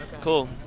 Cool